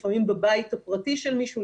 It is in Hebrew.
לפעמים בבית הפרטי של מישהו,